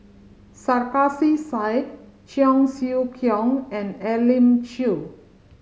Sarkasi Said Cheong Siew Keong and Elim Chew